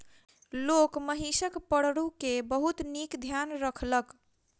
लोक महिषक पड़रू के बहुत नीक ध्यान रखलक